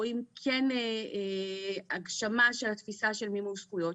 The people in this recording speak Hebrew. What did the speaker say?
רואים כן הגשמה של התפיסה של מימוש זכויות.